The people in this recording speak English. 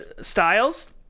styles